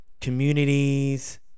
communities